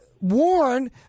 warn